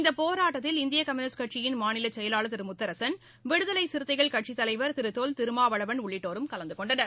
இந்த போராட்டத்தில் Indian communist கட்சியின் மாநில செயலாளர் திரு முத்தரசன் விடுதலை சிறுத்தைகள் கட்சித் தலைவர் திரு தொல் திருமாவளவன் உள்ளிட்டோரும் கலந்து கொண்டனர்